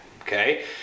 okay